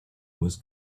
was